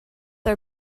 are